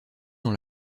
dans